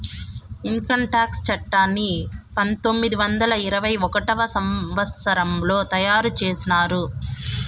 income tax చట్టాన్ని పంతొమ్మిది వందల అరవై ఒకటవ సంవచ్చరంలో తయారు చేసినారు